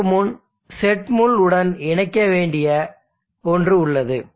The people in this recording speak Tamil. அதற்கு முன் செட் முள் உடன் இணைக்க வேண்டிய ஒன்று உள்ளது